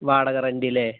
വാടക റെന്റ് അല്ലേ